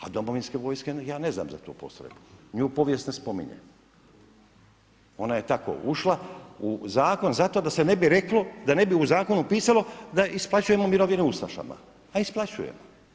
A domovinske vojske, ja ne znam za tu postrojbu, nju povijest ne spominje, ona je tako ušla u zakon zato da se ne bi reklo, da ne bi u zakonu pisalo da isplaćujemo mirovine ustašama a isplaćujemo.